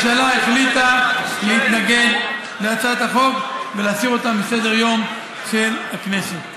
הממשלה החליטה להתנגד להצעת החוק ולהסיר אותה מסדר-היום של הכנסת.